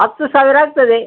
ಹತ್ತು ಸಾವಿರ ಆಗ್ತದೆ